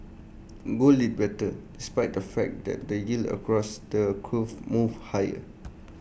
gold did better despite the fact that the yields across the curve moved higher